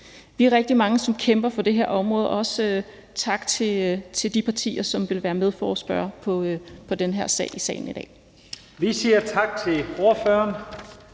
Vi er rigtig mange, som kæmper for det her område, og også tak til de partier, som ville være medforespørgere på den her sag i salen i dag. Kl. 12:07 Første